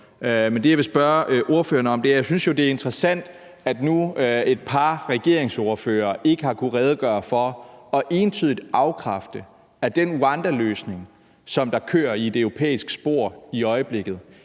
om, at jeg jo synes, at det er interessant, at et par regeringsordførere ikke har kunnet redegøre for og entydigt bekræfte, at den rwandaløsning, der kører i det europæiske spor i øjeblikket,